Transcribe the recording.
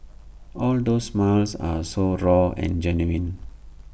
all those smiles are so raw and genuine